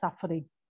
suffering